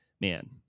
man